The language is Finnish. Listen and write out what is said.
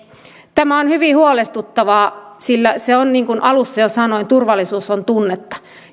tämä on hyvin huolestuttavaa sillä niin kuin alussa jo sanoin turvallisuus on tunnetta